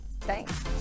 Thanks